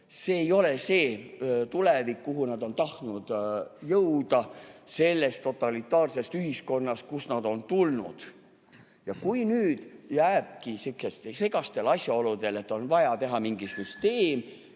see ei ole see tulevik, kuhu nad on tahtnud jõuda sellest totalitaarsest ühiskonnast, kust nad on tulnud. Kui nüüd jääbki sihukestel segastel asjaoludel nii, et on vaja teha mingi süsteem